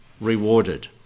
rewarded